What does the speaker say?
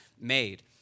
made